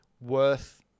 worth